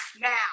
now